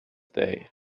day